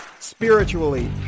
spiritually